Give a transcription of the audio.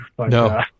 No